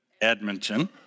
Edmonton